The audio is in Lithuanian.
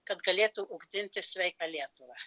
kad galėtų ugdyti sveika lietuva